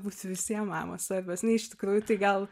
mums visiem mamos svarbios na iš tikrųjų tai gal